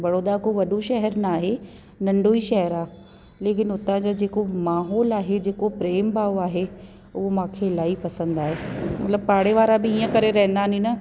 बड़ौदा को वॾो शहर न आहे नंढो ई शहर आहे लेकिन हुतां जो जेको माहोलु आहे जेको प्रेम भाव आहे उअ मूंखे इलाही पसंदि आहे मतिलबु पाड़े वारा बि ईअं करे रहंदा नी न